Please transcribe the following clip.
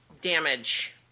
damage